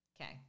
Okay